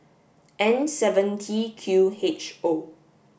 N seven T Q H O